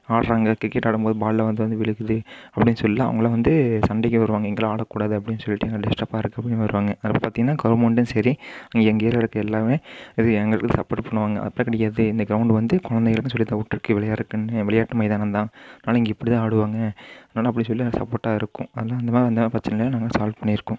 ஆடுறாங்க கிரிக்கெட் ஆடும் போது பால்லாம் வந்து வந்து விழுகுது அப்படின்னு சொல்லி அவங்கலாம் வந்து சண்டைக்கு வருவாங்க எங்களை ஆடக் கூடாது அப்படின்னு சொல்லிட்டு எங்களுக்கு டிஸ்டப்பாக இருக்குது அதுக்கு அப்புறம் பார்த்திங்கன்னா கவர்மெண்ட்டும் சரி எங்கள் ஏரியால இருக்க எல்லாம் எங்களுக்கு சப்போர்ட் பண்ணுவாங்க அப்படி கிடையாது இந்த கிரௌண்டு வந்து குழந்தைகளுக்குன்னு சொல்லித்தான் விட்ருக்கு விளையாடுறதுக்குன்னு விளையாட்டு மைதானம் தான் அதனால் இங்கே இப்படி தான் ஆடுவாங்க அதனால் அப்படின்னு சொல்லி எங்களுக்கு சப்போர்ட்டாக இருக்கும் அந்த மாதிரி அந்த பிரச்சனைலாம் நாங்கள் சால்வ் பண்ணியிருக்கோம்